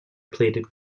pleaded